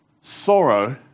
sorrow